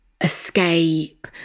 escape